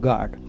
God